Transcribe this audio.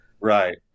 Right